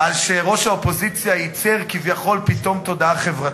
על שראש האופוזיציה ייצר כביכול פתאום תודעה חברתית.